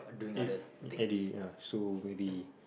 it at they ah so maybe